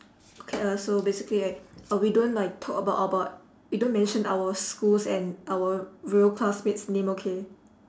okay lah so basically right uh we don't talk like about about we don't mention our schools and our real classmates names okay